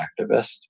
activist